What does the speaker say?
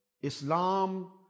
Islam